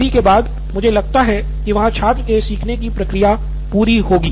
दोनों गतिविधि के बाद मुझे लगता है कि वहां छात्र की सीखने की प्रक्रिया पूरी होगी